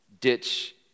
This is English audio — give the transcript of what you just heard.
ditch